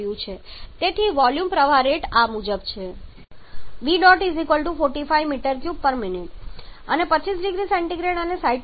તેથી વોલ્યુમ પ્રવાહ રેટ આ મુજબ છે V̇ 45 m3min અને તે 25 0C અને 60 RH પર છે